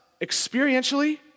experientially